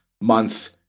month